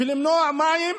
ועל למנוע מים,